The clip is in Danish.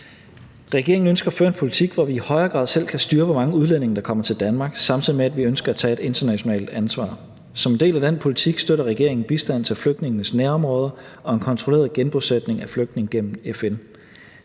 Regeringen ønsker at føre en politik, hvor vi i højere grad selv kan styre, hvor mange udlændinge der kommer til Danmark, samtidig med at vi ønsker at tage et internationalt ansvar. Som en del af den politik støtter regeringen bistand til flygtningenes nærområder og en kontrolleret genbosætning af flygtninge gennem FN.